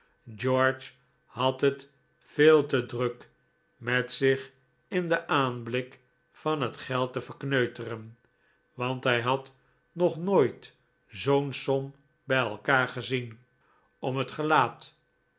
george had het veel te druk met zich in den aanblik van het geld te verkneuteren want hij had nog nooit zoo'n som bij elkaar gezien om het gelaat